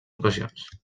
ocasions